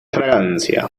fragancia